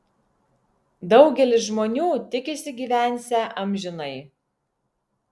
daugelis žmonių tikisi gyvensią amžinai